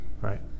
right